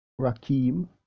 Rakim